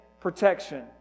protection